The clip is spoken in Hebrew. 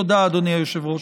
תודה, אדוני היושב-ראש.